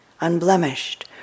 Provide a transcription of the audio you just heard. unblemished